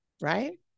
right